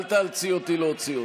אל תאלצי אותי להוציא אותך.